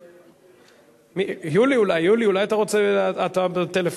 עברה וגם היא תועבר לוועדת החוקה,